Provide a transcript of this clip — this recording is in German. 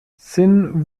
sinn